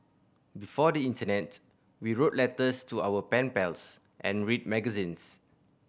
before the internet we wrote letters to our pen pals and read magazines